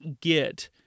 get